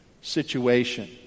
situation